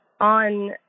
on